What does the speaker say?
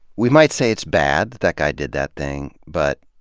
we might say it's bad that that guy did that thing, but,